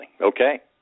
Okay